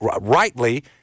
rightly